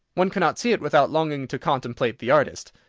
one cannot see it without longing to contemplate the artist.